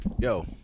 yo